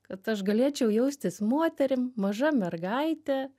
kad aš galėčiau jaustis moterim maža mergaite